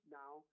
now